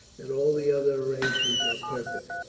that all the other arrangements are perfect?